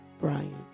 Brian